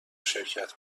شرکت